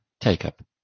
take-up